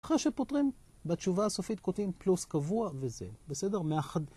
אחרי שפותרים, בתשובה הסופית כותבים פלוס קבוע וזה. בסדר? מה...